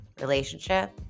relationship